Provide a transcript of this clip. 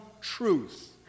truth